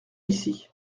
ici